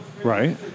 Right